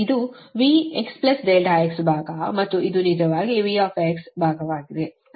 ಇದು V x ∆x ಭಾಗ ಮತ್ತು ಇದು ನಿಜವಾಗಿ V ಭಾಗವಾಗಿದೆ